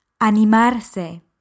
Animarse